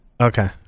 Okay